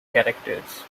characters